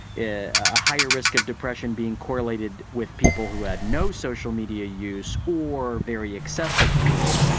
yeah a higher risk of depression being correlated with people who had no social media use or very excessive use,